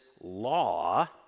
law